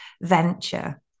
venture